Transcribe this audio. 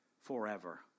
forever